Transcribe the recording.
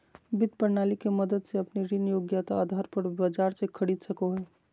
वित्त प्रणाली के मदद से अपने ऋण योग्यता आधार पर बाजार से खरीद सको हइ